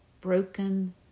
broken